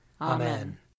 Amen